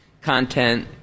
content